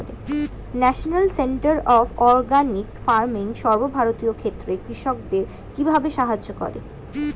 National Centre of Organic Farming সর্বভারতীয় ক্ষেত্রে কৃষকদের কিভাবে সাহায্য করে?